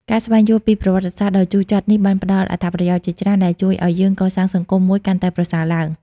ការស្វែងយល់ពីប្រវត្តិសាស្ត្រដ៏ជូរចត់នេះបានផ្តល់អត្ថប្រយោជន៍ជាច្រើនដែលជួយឲ្យយើងកសាងសង្គមមួយកាន់តែប្រសើរឡើង។